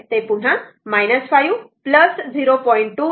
ते पुन्हा 5 0